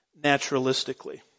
naturalistically